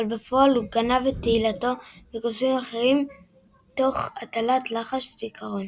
אבל בפועל הוא גנב את תהילתו מקוסמים אחרים תוך הטלת לחש זיכרון.